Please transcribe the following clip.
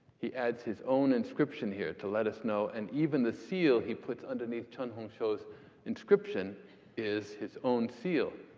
he adds his own inscription here to let us know, and even the seal he puts underneath chen hongshou's inscription is his own seal.